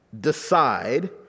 decide